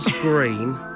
green